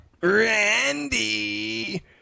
Randy